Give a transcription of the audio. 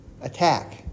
attack